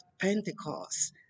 Pentecost